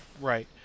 right